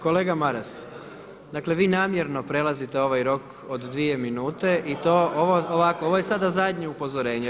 Kolega Maras, dakle vi namjerno prelazite ovaj rok od dvije minute i ovo je sada zadnje upozorenje.